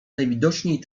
najwidoczniej